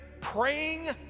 Praying